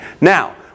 Now